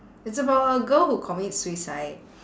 it's about a girl who commit suicide